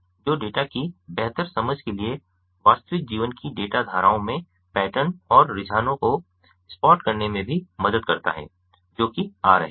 जो डेटा की बेहतर समझ के लिए वास्तविक जीवन की डेटा धाराओं में पैटर्न और रुझानों को स्पॉट करने में भी मदद करता है जो कि आ रहे हैं